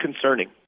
concerning